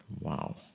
Wow